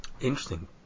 Interesting